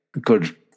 good